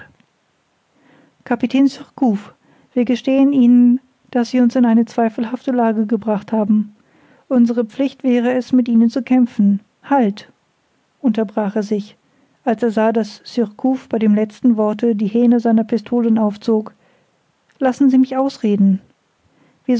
surcouf wir gestehen ihnen daß sie uns in eine zweifelhafte lage gebracht haben unsere pflicht wäre es mit ihnen zu kämpfen halt unterbrach er sich als er sah daß surcouf bei dem letzten worte die hähne seiner pistolen aufzog lassen sie mich ausreden